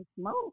smoke